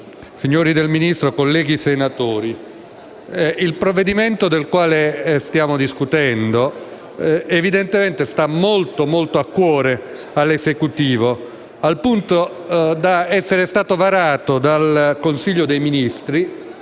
signori del Governo, colleghi senatori, il provvedimento del quale stiamo discutendo evidentemente sta davvero molto a cuore all'Esecutivo, al punto da essere stato varato dal Consiglio dei ministri